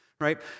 Right